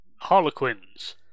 Harlequins